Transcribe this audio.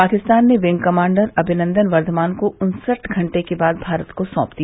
पाकिस्तान ने wing commander Abhinandan क्वमान को उन्सठ घंटे बाद भारत को सौंप दिया